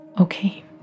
okay